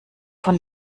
von